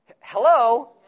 Hello